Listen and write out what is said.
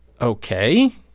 Okay